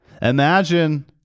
Imagine